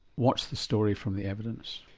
what's the story from the evidence?